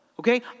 Okay